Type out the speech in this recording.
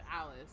alice